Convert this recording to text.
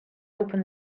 open